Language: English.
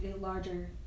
larger